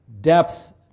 depth